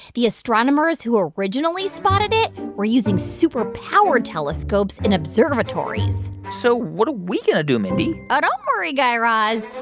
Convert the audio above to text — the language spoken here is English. the astronomers who originally spotted it were using super-powered telescopes in observatories so what are we going to do, mindy? oh, don't worry, guy raz.